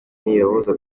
ntibibabuza